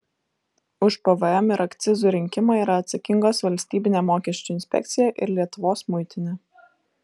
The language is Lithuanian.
už pvm ir akcizų rinkimą yra atsakingos valstybinė mokesčių inspekcija ir lietuvos muitinė